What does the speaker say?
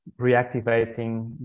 reactivating